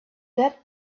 that